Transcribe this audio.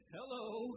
Hello